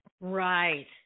Right